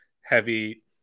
heavy